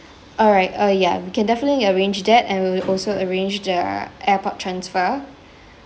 alright oh ya we can definitely arrange that and we'll also arrange the airport transfer